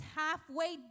halfway